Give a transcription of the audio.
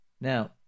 now